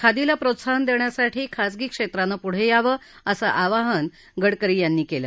खादीला प्रोत्साहन देण्यासाठी खाजगी क्षेत्रानं पुढे यावं असं आवाहन गडकरी यांनी केलं